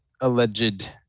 alleged